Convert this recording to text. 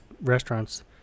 restaurants